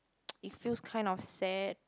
it feels kind of sad